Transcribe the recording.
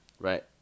right